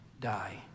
die